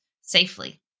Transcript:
safely